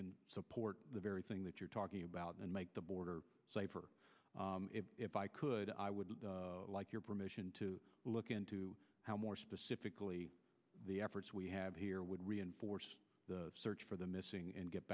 can support the very thing that you're talking about and make the border safer if i could i would like your permission to look into how more specifically the efforts we have here would reinforce the search for the missing and get